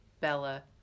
Bella